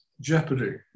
jeopardy